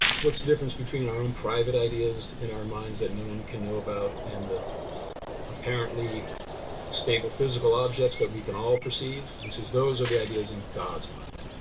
what's the difference between our own private ideas in our minds that no one can know about and the apparently stable physical objects that we can all perceive? and he says those are the ideas in god's mind,